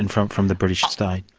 and from from the british ah today?